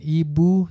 ibu